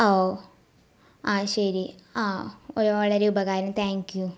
ഓ അ ശരി ആ ഒരു വളരെ ഉപകാരം താങ്ക് യു